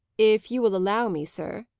if you will allow me, sir,